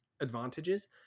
advantages